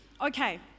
okay